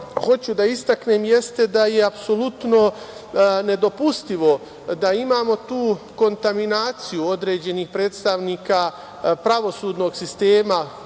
hoću da istaknem jeste da je apsolutno ne dopustivo da imamo tu kontaminaciju određenih predstavnika pravosudnog sistema